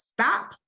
stop